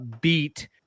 beat